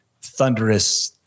thunderous